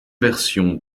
versions